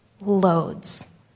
loads